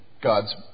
God's